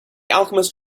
alchemist